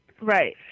Right